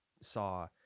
saw